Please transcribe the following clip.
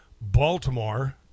Baltimore